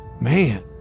Man